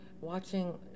watching